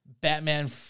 Batman